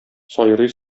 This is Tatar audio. сайрый